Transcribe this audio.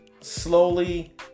slowly